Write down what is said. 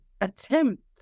attempt